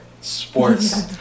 sports